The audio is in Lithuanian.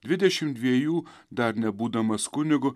dvidešim dviejų dar nebūdamas kunigu